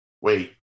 Wait